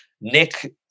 Nick